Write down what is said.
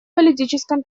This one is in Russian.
политическом